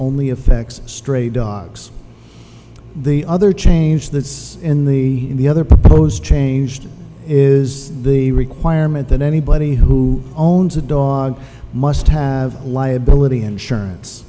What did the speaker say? only affects stray dogs the other change that's in the in the other proposed changed is the requirement that anybody who owns a dog must have liability insurance